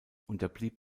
unterblieb